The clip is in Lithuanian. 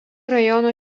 rajono